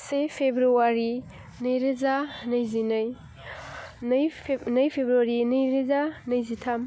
से फेब्रुवारि नैरोजा नैजिनै नै नै फेब्रुवारि नैरोजा नैजिथाम